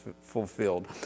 fulfilled